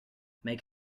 make